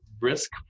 risk